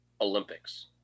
Olympics